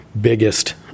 biggest